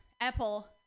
Apple